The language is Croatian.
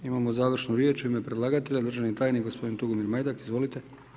Imamo završnu riječ u ime predlagatelja, državni tajnik gospodin Tugomir Majdak, izvolite.